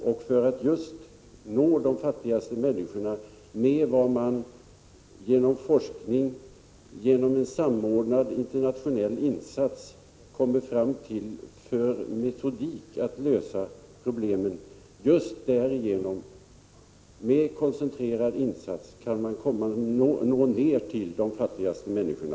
Det är just genom en koncentrerad insats, där man genom forskning och internationell samverkan kommer fram till en metodik för att lösa problemen, som man når fram till de fattigaste människorna.